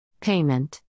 Payment